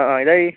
ആ ആ ഇതായി